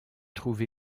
trouve